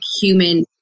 human